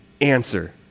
answer